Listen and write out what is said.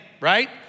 right